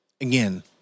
again